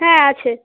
হ্যাঁ আছে